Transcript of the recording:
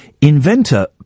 Inventor